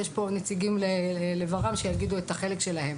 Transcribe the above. יש פה נציגים של ור"מ שיגידו את החלק שלהם.